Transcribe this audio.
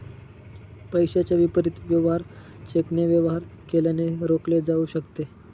पैशाच्या विपरीत वेवहार चेकने वेवहार केल्याने रोखले जाऊ शकते